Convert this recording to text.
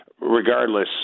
regardless